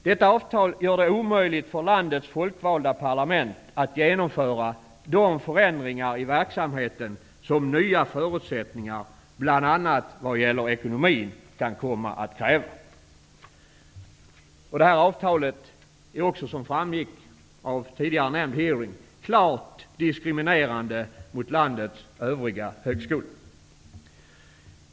Detta avtal gör det omöjligt för landets folkvalda parlament att genomföra de förändringar i verksamheten som nya förutsättningar bl.a. vad gäller ekonomin kan komma att kräva. Avtalet är, som framgick i tidigare nämnda hearing, klart diskriminerande mot landets övriga högskolor.